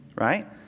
right